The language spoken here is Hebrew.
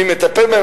מי מטפל בהם.